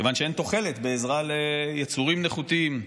כיוון שאין תוחלת בעזרה ליצורים נחותים,